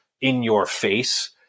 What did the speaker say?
in-your-face